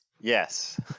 Yes